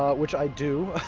ah which i do.